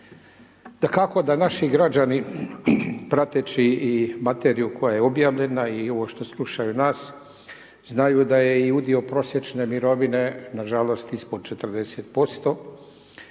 Dakako da naši građani, prateći i materiju koja je objavljena i ovo što slušaju nas, znaju da je udio prosječne mirovine, nažalost ispod 40%,